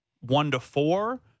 one-to-four